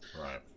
Right